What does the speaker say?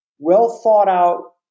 Well-thought-out